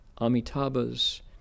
Amitabha's